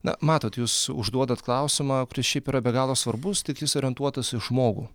na matot jūs užduodat klausimą kuris šiaip yra be galo svarbus tik jis orientuotas į žmogų